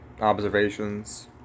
Observations